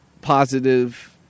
positive